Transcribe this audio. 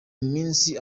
minsi